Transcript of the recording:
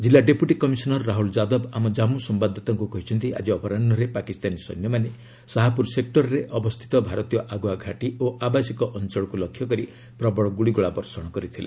ଜିଲ୍ଲା deputy commissioner Rahul Yadav ଆମ ଜାନ୍ମୁ ସମ୍ଭାଦଦାତାଙ୍କୁ କହିଛନ୍ତି ଆଜି ଅପରାହୁରେ ପାକିସ୍ତାନୀ ସୈନ୍ୟମାନେ ସାହାପୁର ସେକ୍ଟରରେ ଅବସ୍ଥିତ ଭାରତୀୟ ଆଗୁଆଘାଟି ଓ ଆବାସିକ ଅଞ୍ଚଳକୁ ଲକ୍ଷ୍ୟ କରି ପ୍ରବଳ ଗୁଳିଗୋଳା ବର୍ଷଣ କରିଥିଲେ